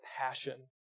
passion